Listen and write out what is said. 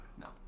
No